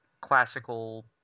classical